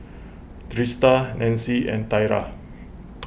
Trista Nancie and Thyra